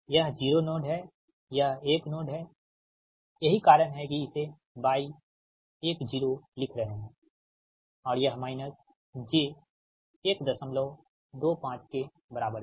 यह 0 नोड है यह 1 नोड हैयही कारण है कि इसे y10 लिख रहे है और यह माइनस j 125 के बराबर है